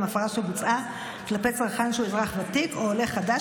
הפרה שבוצעה כלפי צרכן שהוא אזרח ותיק או עולה חדש